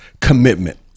commitment